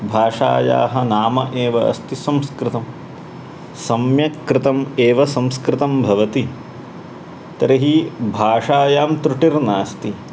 भाषायाः नाम एव अस्ति संस्कृतं सम्यक् कृतम् एव संस्कृतं भवति तर्हि भाषायां तृटिर्नास्ति